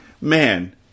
man